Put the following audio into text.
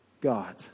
God